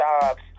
jobs